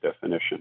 definition